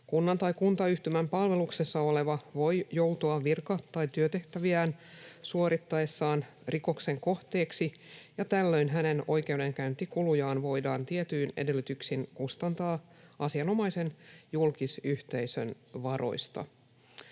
Kunnan tai kuntayhtymän palveluksessa oleva voi joutua virka- tai työtehtäviään suorittaessaan rikoksen kohteeksi, ja tällöin hänen oikeudenkäyntikulujaan voidaan tietyin edellytyksin kustantaa asianomaisen julkisyhteisön varoista.